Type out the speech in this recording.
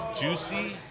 juicy